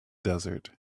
desert